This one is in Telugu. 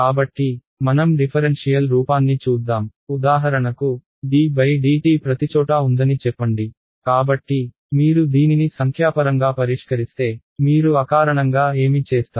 కాబట్టి మనం డిఫరెన్షియల్ రూపాన్ని చూద్దాం ఉదాహరణకు ddt ప్రతిచోటా ఉందని చెప్పండి కాబట్టి మీరు దీనిని సంఖ్యాపరంగా పరిష్కరిస్తే మీరు అకారణంగా ఏమి చేస్తారు